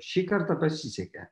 šį kartą pasisekė